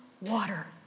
water